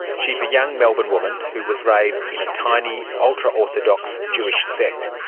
she's a young melbourne woman who was raised in a tiny ultraorthodox jewish sect,